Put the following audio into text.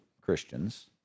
Christians